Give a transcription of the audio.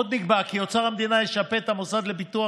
עוד נקבע כי אוצר המדינה ישפה את המוסד לביטוח